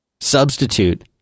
substitute